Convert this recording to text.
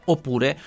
Oppure